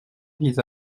vise